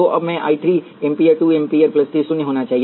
तो अब मैं 1 3 एम्पीयर 2 एम्पीयर 1 एम्पीयर शून्य होना चाहिए